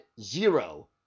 zero